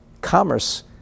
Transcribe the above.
commerce